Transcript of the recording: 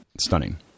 stunning